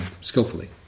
skillfully